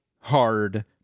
hard